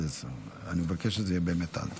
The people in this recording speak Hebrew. אני מבקש שזה יהיה באמת עד.